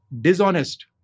dishonest